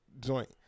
joint